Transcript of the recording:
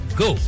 go